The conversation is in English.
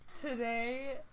Today